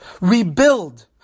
Rebuild